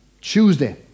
Tuesday